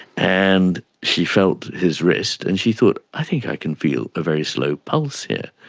and she felt his wrist and she thought, i think i can feel a very slow pulse here.